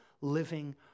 living